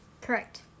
Correct